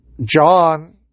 John